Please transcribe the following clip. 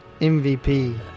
MVP